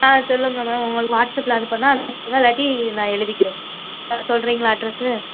ஆ சொல்லுங்கள் மேடம் உங்களுக்கு வாட்ஸ்அப்ல அனுப்புறேன்னால் அனுப்புங்கள் இல்லாட்டி நான் எழுதிக்கிறேன் ஆ சொல்கிறிங்களா அட்ரெஸ்ஸு